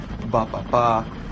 Ba-ba-ba